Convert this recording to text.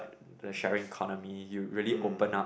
the sharing economy you really open up